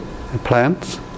plants